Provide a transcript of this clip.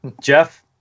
Jeff